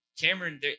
Cameron